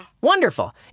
Wonderful